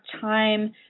time